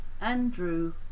Andrew